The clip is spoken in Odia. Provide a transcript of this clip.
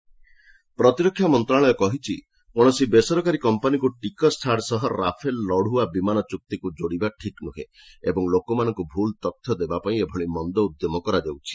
ଗୋଭ୍ଟ୍ ରାଫେଲ୍ ପ୍ରତିରକ୍ଷା ମନ୍ତ୍ରଣାଳୟ କହିଛି କୌଣସି ବେସରକାରୀ କମ୍ପାନୀକୁ ଟିକସ ଛାଡ଼ ସହ ରାଫେଲ୍ ଲଢୁଆ ବିମାନ ଚୁକ୍ତିକୁ ଯୋଡ଼ିବା ଠିକ୍ ନୁହେଁ ଏବଂ ଲୋକମାନଙ୍କୁ ଭୁଲ୍ ତଥ୍ୟ ଦେବାପାଇଁ ଏଭଳି ମନ୍ଦ ଉଦ୍ୟମ କରାଯାଉଛି